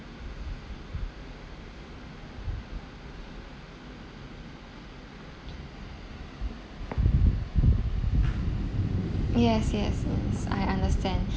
yes yes uh s~ I understand